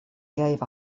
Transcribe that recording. gave